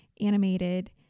animated